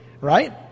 Right